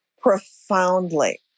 profoundly